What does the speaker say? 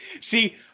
see